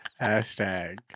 Hashtag